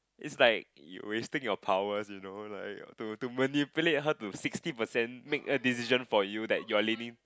it's like you wasting your power you know like to to manipulate how to sixty percent make a decision for you that you're leading